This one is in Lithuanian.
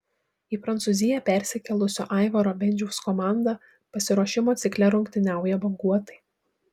į prancūziją persikėlusio aivaro bendžiaus komanda pasiruošimo cikle rungtyniauja banguotai